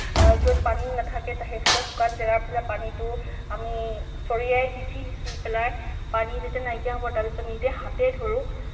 য'ত পানী নাথাকে সেইফালে শুকান জাগাৰ ফালে পানীটো আমি চৰিয়াই সিঁচি সিঁচি পেলাই পানী যেতিয়া নাইকিয়া হ'ব তাৰপিছত নিজে হাতে ধৰোঁ